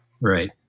Right